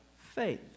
faith